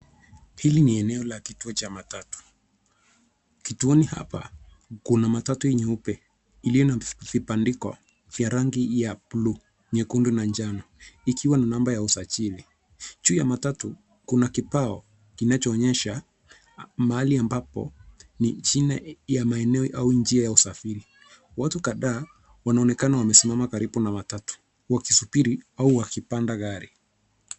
Hili ni eneo la kituo cha matatu. Kituoni hapa kuna matatu nyeupe iliyo na vibandiko vya rangi ya bluu, nyekundu na njano ikiwa na namba ya usajili. Juu ya matatu, kuna kibao kinachoonyesha mahali ambapo ni jina ya maeneo au njia ya usafiri. Watu kadhaa wanaonekana wamesimama karibu na matatu wakisubiri au wakipanda gari.